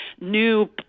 new